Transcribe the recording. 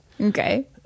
Okay